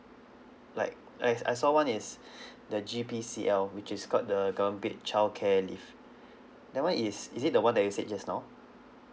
like I I saw one is the G_P_C_L which is got the government paid childcare leave that [one] is is it the one that you said just now